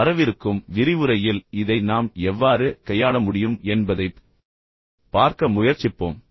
இப்போது வரவிருக்கும் விரிவுரையில் இதை நாம் எவ்வாறு கையாள முடியும் என்பதைப் பார்க்க முயற்சிப்போம்